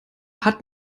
hat